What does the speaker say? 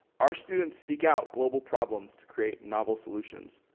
our students seek out global problems to create novel solutions.